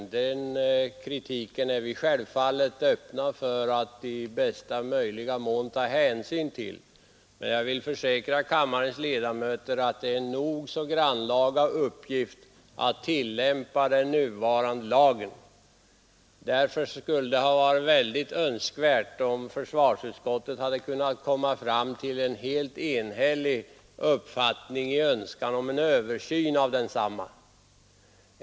Sådan kritik är vi självfallet öppna för och beredda att i största möjliga mån ta hänsyn till, men jag kan försäkra kammarens ledamöter att det är en grannlaga uppgift att tillämpa den nuvarande lagen. Därför hade det varit önskvärt att försvarsutskottet kunnat komma fram till en enhällig uppfattning när det gäller önskemålet om en översyn av lagen.